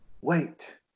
wait